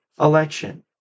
election